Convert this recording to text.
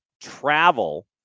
travel